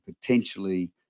potentially